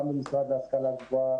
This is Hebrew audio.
גם במשרד ההשכלה הגבוהה,